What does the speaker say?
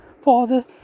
Father